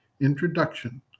Introduction